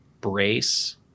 brace